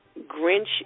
Grinch